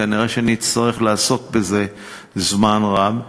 כנראה נצטרך לעסוק בזה זמן רב.